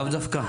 לאו דווקא.